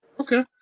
Okay